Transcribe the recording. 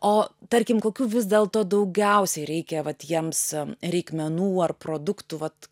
o tarkim kokių vis dėlto daugiausiai reikia vat jiems reikmenų ar produktų vat